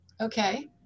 Okay